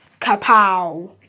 Kapow